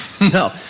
No